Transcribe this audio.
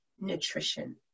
nutrition